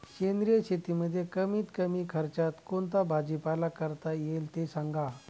सेंद्रिय शेतीमध्ये कमीत कमी खर्चात कोणता भाजीपाला करता येईल ते सांगा